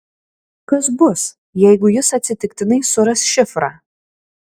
kas bus jeigu jis atsitiktinai suras šifrą